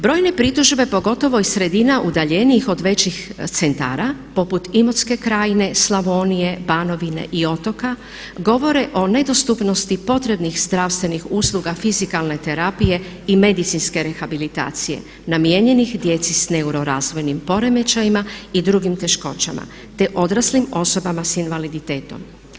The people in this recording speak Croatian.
Brojne pritužbe pogotovo iz sredina udaljenijih od većih centara poput Imotske krajine, Slavonije, Banovine i otoka govore o nedostupnosti potrebnih zdravstvenih usluga fizikalne terapije i medicinske rehabilitacije namijenjenih djeci s neuro razvojnim poremećajima i drugim teškoćama, te odraslim osobama sa invaliditetom.